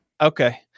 Okay